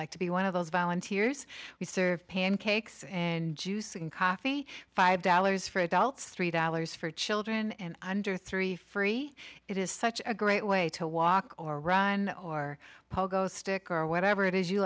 like to be one of those volunteers we serve pancakes and juice in coffee five dollars for adults three dollars for children and under three free it is such a great way to walk or run or pogo stick or whatever it is you